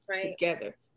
together